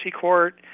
court